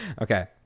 Okay